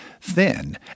thin